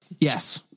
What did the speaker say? Yes